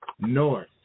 North